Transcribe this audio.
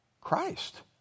Christ